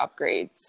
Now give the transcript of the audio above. upgrades